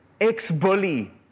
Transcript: ex-bully